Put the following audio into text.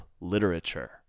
literature